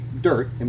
dirt